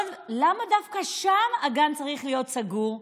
למה דווקא שם הגן צריך להיות סגור?